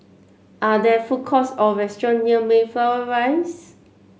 are there food courts or restaurants near Mayflower Rise